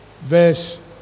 verse